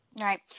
right